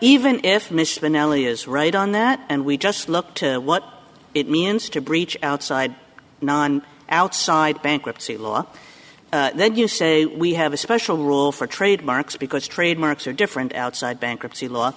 ellie is right on that and we just look to what it means to breach outside non outside bankruptcy law then you say we have a special rule for trademarks because trademarks are different outside bankruptcy law